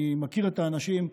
אני מכיר את האנשים,